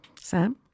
Sam